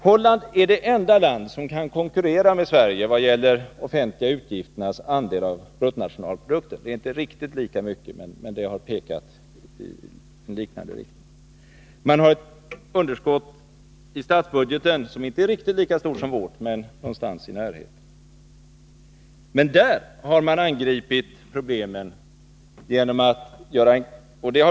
Holland är det enda land som kan konkurrera med Sverige i vad gäller de offentliga utgifternas andel av bruttonationalprodukten — det är inte en Nr 35 riktigt lika stor andel, men siffrorna pekar i samma riktning. Holland har ett Fredagen den underskott i statsbudgeten som inte är riktigt lika stort som vårt men 26 november 1982 någonstans i närheten.